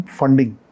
funding